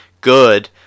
good